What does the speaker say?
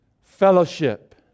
fellowship